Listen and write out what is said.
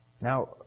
Now